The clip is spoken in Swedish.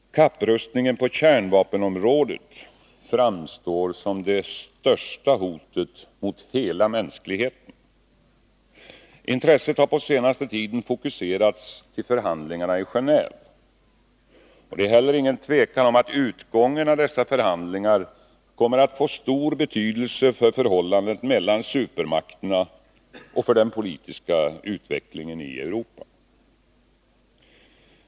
Kapprustningen på kärnvapenområdet framstår som det största hotet mot hela mänskligheten. Intresset har på den senaste tiden fokuserats till förhandlingarna i Gendve. Det är heller inget tvivel om att utgången av dessa förhandlingar kommer att få stor betydelse för förhållandet mellan supermakterna och för den politiska utvecklingen i Europa.